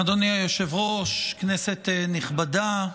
אדוני היושב-ראש, כנסת נכבדה,